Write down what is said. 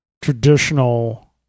traditional